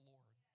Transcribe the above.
Lord